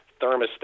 thermostat